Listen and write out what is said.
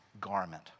garment